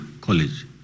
College